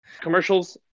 Commercials